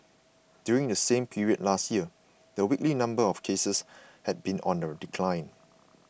during the same period last year the weekly number of cases had been under decline